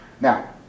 Now